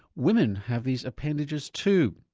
women have these appendages too.